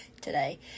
today